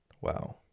Wow